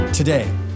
Today